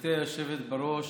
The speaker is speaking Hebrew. גברתי היושבת-ראש,